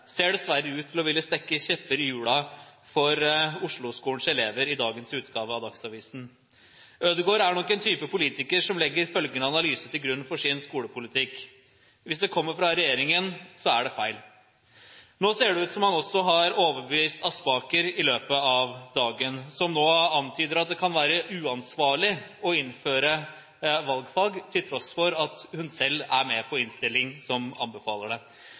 ser dessverre ut til å ville stikke kjepper i hjulene for Osloskolens elever, ifølge dagens utgave av Dagsavisen. Ødegaard er nok en type politiker som legger følgende analyse til grunn for sin skolepolitikk: Hvis det kommer fra regjeringen, så er det feil. Nå ser det ut som om han også har overbevist Aspaker i løpet av dagen, som nå antyder at det kan være uansvarlig å innføre valgfag til tross for at hun selv er med på en innstilling som anbefaler det.